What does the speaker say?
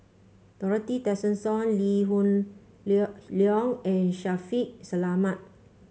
Dorothy Tessensohn Lee Hoon Leong and Shaffiq Selamat